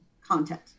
content